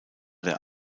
der